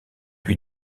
lui